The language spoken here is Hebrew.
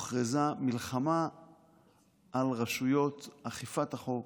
הוכרזה מלחמה על רשויות אכיפת החוק,